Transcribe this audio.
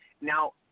Now